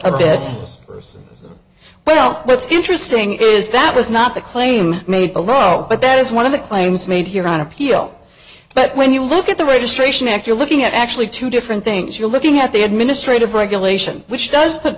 first well that's interesting is that was not the claim made a lot but that is one of the claims made here on appeal but when you look at the registration act you're looking at actually two different things you're looking at the administrative regulation which does